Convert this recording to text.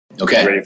Okay